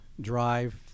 drive